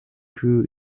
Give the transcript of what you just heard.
grew